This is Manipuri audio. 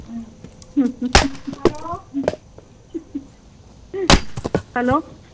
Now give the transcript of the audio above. um hello hello